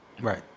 Right